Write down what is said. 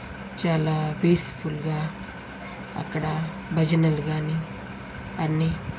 చాలా పీస్ఫుల్గా అక్కడ భజనలు కానీ అన్నీ